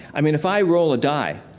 i mean if i roll a die, ah,